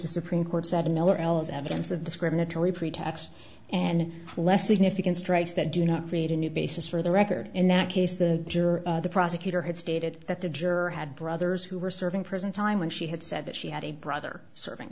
the supreme court said noel is evidence of discriminatory pretext and less significant strikes that do not create a new basis for the record in that case the juror the prosecutor had stated that the juror had brothers who were serving prison time when she had said that she had a brother serving